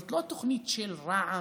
זאת לא תוכנית של רע"מ